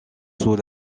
sous